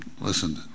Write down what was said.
listen